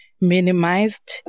minimized